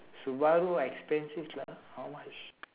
Subaru expensive sia how much